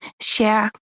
share